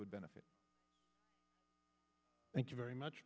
would benefit thank you very much